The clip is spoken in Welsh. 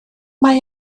mae